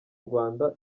rwanda